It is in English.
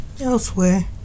Elsewhere